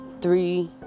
three